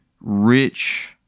rich